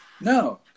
No